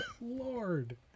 Lord